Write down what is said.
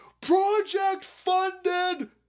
PROJECT-FUNDED